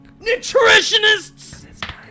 nutritionists